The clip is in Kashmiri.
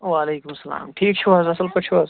وعلیکُم السَلام ٹھیٖک چھُو حظ اصٕل پٲٹھۍ چھُو حظ